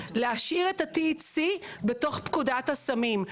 להשאיר את ה-THC בתוך פקודת הסמים.